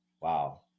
Wow